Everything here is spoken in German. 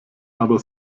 aber